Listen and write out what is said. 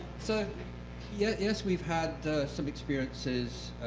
so yeah yes, we've had some experiences